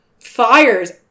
fires